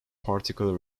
particle